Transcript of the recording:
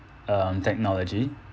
um technology